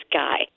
guy